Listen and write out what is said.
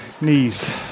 knees